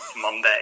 Monday